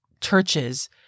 churches